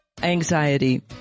Anxiety